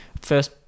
first